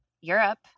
Europe